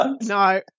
No